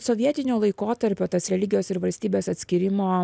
sovietinio laikotarpio tas religijos ir valstybės atskyrimo